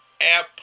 app